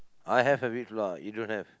I have a bit lah you don't have